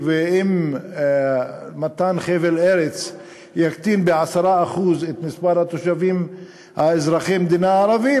ואם מתן חבל ארץ יקטין ב-10% את מספר התושבים אזרחי המדינה הערבים,